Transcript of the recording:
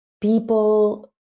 people